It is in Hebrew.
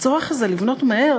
הצורך הזה לבנות מהר,